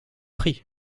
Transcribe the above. pris